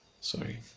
Sorry